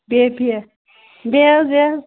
بے بیٚہہ بیٚہہ حظ بیٚہہ حظ